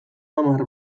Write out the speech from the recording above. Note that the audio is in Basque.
hamar